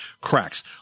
cracks